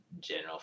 general